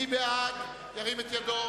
מי בעד, ירים את ידו.